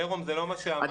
מירום, זה לא מה שאמרתי.